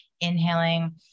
inhaling